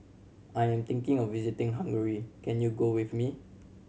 I am thinking of visiting Hungary can you go with me